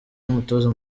nk’umutoza